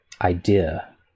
idea